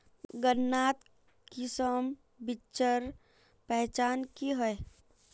गन्नात किसम बिच्चिर पहचान की होय?